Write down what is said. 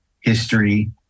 history